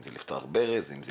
אם זה לפתוח ברז ולשתות,